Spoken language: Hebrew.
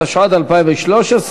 התשע"ד 2013,